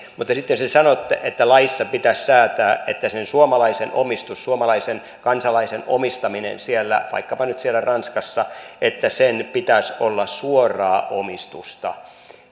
mutta sitten te sanotte että laissa pitäisi säätää että sen suomalaisen omistuksen suomalaisen kansalaisen omistamisen vaikkapa nyt siellä ranskassa pitäisi olla suoraa omistusta